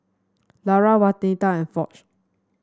Lara Waneta and Foch